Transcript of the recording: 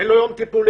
אין לו יום טיפולים.